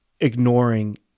ignoring